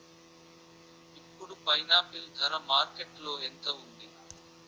ఇప్పుడు పైనాపిల్ ధర మార్కెట్లో ఎంత ఉంది?